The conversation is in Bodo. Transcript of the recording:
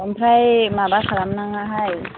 ओमफ्राय माबा खालामनाङाहाय